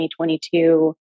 2022